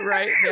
Right